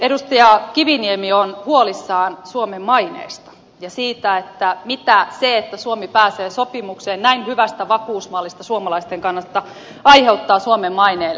edustaja kiviniemi on huolissaan suomen maineesta ja siitä mitä se että suomi pääsee sopimukseen näin hyvästä vakuusmallista suomalaisten kannalta aiheuttaa suomen maineelle